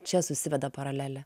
čia susiveda paralelė